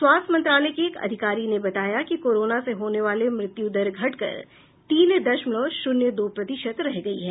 स्वास्थ्य मंत्रालय के एक अधिकारी ने बताया है कि कोरोना से होने वाली मृत्यु दर घटकर तीन दशमलव शून्य दो प्रतिशत रह गई है